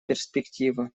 перспектива